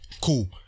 Cool